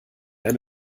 eine